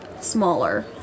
smaller